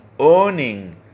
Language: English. earning